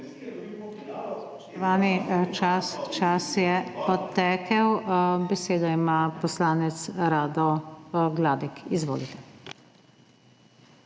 čas, čas je potekel. Besedo ima poslanec Rado Gladek. Izvolite.